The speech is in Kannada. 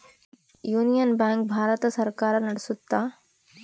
ಯೂನಿಯನ್ ಬ್ಯಾಂಕ್ ಭಾರತ ಸರ್ಕಾರ ನಡ್ಸುತ್ತ